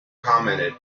commented